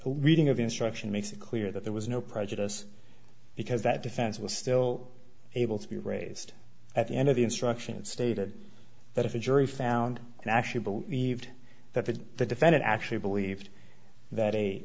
reading of the instruction makes it clear that there was no prejudice because that defense was still able to be raised at the end of the instruction and stated that if a jury found and actually believed that the defendant actually believed that